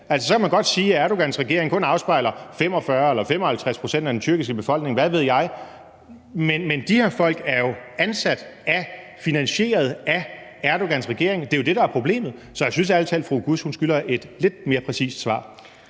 Så kan man godt sige, at Erdogans regering kun afspejler 45 eller 55 pct. af den tyrkiske befolkning, hvad ved jeg, men de her folk er jo ansat af og finansieret af Erdogans regering. Det er jo det, der er problemet. Så jeg synes ærlig talt, at fru Halime Oguz skylder et lidt mere præcist svar.